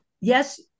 yes